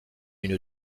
une